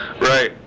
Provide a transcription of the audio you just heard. Right